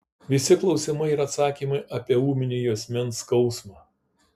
visi klausimai ir atsakymai apie ūminį juosmens skausmą